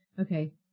Okay